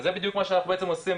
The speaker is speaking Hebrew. וזה בדיוק מה שאנחנו עושים,